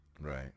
Right